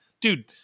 dude